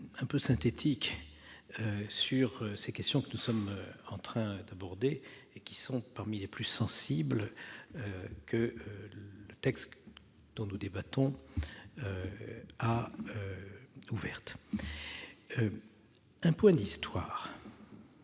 un point d'histoire.